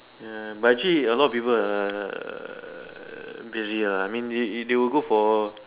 ya but actually a lot of people uh basically uh I mean they they will go for